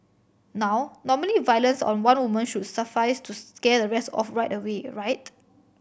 now normally violence on one woman should suffice to scare the rest off right away right